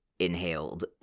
inhaled